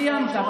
סיימת.